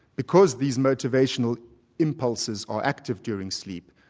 because these motivational impulses are active during sleep,